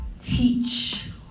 Teach